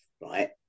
right